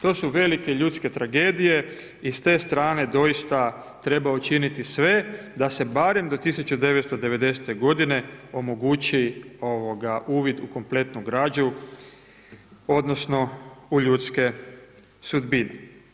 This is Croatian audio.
To su velike ljudske tragedije i s te strane doista, treba učiniti sve, da se barem do 1990.g. omogući uvid u kompletnu građu, odnosno, u ljudske sudbine.